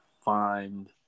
find